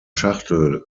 schachtel